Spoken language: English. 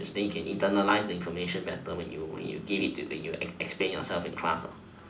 yes then you can internalise the information better when you when you give it to when you explain yourself in class